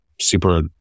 super